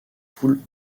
coule